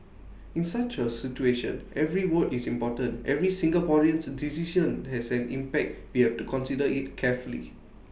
in such A situation every vote is important every Singaporean's decision has an impact we have to consider IT carefully